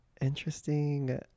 interesting